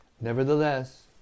nevertheless